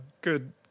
good